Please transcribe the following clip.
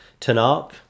Tanakh